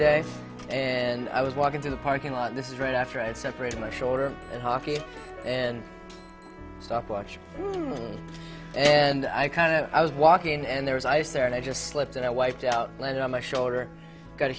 day and i was walking to the parking lot and this is right after i had separated my shoulder and hockey and stopwatch and i kind of i was walking in and there was ice there and i just slipped and i wiped out landed on my shoulder got a